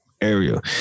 area